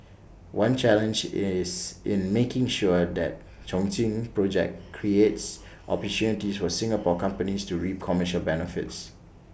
one challenge in is in making sure that Chongqing project creates opportunities for Singapore companies to reap commercial benefits